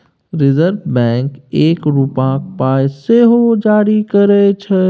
reserve Bank एक रुपाक पाइ सेहो जारी करय छै